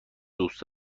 دوست